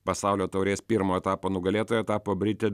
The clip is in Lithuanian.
pasaulio taurės pirmo etapo nugalėtoja tapo britė